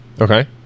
Okay